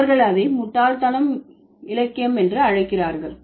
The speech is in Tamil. அவர்கள் அதை முட்டாள் தனம் இலக்கியம் என்று அழைக்கிறார்கள்